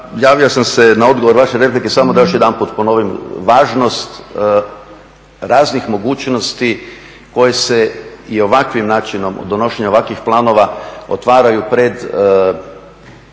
Javio sam se na odgovor vaše replike samo da još jedanput ponovim važnost raznih mogućnosti koje se i ovakvim načinom, donošenja ovakvih planova otvaraju pred